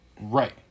right